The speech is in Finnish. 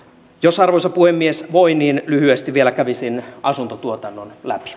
jos arvoisa puhemies voi niin lyhyesti vielä kävisin asuntotuotannon läpi